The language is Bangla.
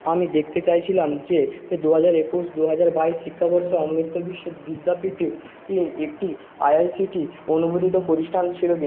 আমি দেখতে চাইছিলাম যে দু হাজার একুশ দু হাজার বাইশ শিক্ষাবর্ষ অমৃত বিশ্ব বিদ্যাপীঠে ইয়ে একটি আইআইসিটি অনুমোদিত প্রতিষ্ঠান ছিলো কি